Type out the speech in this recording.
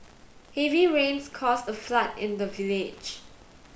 heavy rains caused a flood in the village